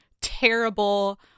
terrible